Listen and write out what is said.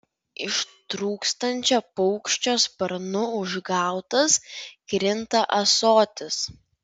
ištrūkstančio paukščio sparnu užgautas krinta ąsotis